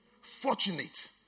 fortunate